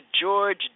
George